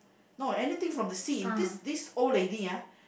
no anything from the sea this this old lady ah